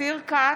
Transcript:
אופיר כץ,